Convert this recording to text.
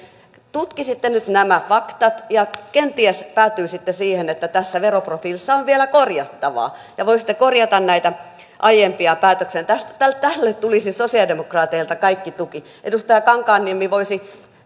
tutkisitte nyt nämä faktat niin kenties päätyisitte siihen että tässä veroprofiilissa on vielä korjattavaa ja voisitte korjata näitä aiempia päätöksiä tälle tulisi sosialidemokraateilta kaikki tuki edustaja kankaanniemi voisi